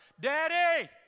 Daddy